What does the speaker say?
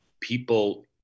people